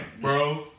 bro